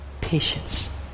patience